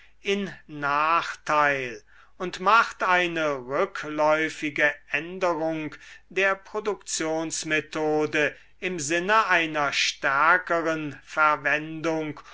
in nachteil und macht eine rückläufige änderung der produktionsmethode im sinne einer stärkeren verwendung